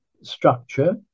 structure